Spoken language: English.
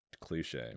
cliche